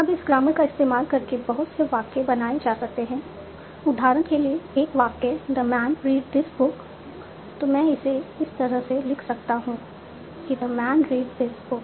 अब इस ग्रामर का इस्तेमाल करके बहुत से वाक्य बनाए जा सकते हैं उदाहरण के लिए एक वाक्य the man read this book तो मैं इसे इस तरह से लिख सकता हूं कि the man read this book